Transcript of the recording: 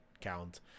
count